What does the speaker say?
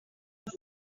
ati